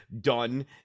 done